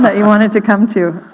that you wanted to come to.